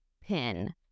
PIN